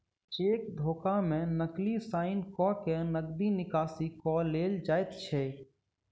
cheque धोखा मे नकली साइन क के नगदी निकासी क लेल जाइत छै